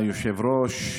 כבוד היושב-ראש,